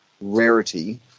rarity